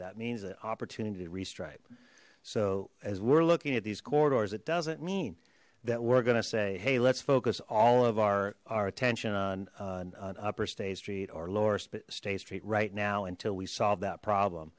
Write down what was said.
that means the opportunity to restrike so as we're looking at these corridors it doesn't mean that we're gonna say hey let's focus all of our our attention on an upper state street or lower state street right now until we solve that problem